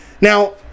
Now